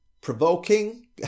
provoking